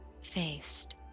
faced